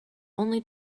only